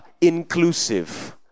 inclusive